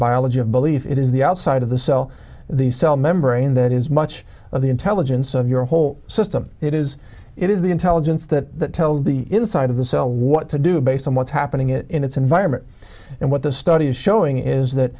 biology of belief it is the outside of the cell the cell membrane that is much of the intelligence of your whole system it is it is the intelligence that tells the inside of the cell what to do based on what's happening it in its environment and what the study is showing is that